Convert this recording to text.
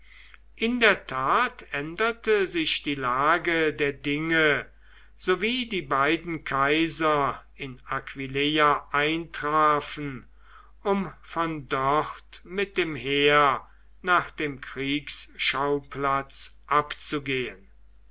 in der tat änderte sich die lage der dinge sowie die beiden kaiser in aquileia eintrafen um von dort mit dem heer nach dem kriegsschauplatz abzugehen